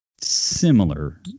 similar